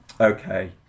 okay